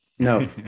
No